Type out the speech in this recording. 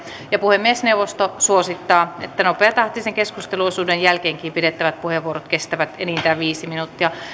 puhemiesneuvosto suosittaa että nopeatahtisen keskusteluosuuden jälkeenkin pidettävät puheenvuorot kestävät enintään viisi minuuttia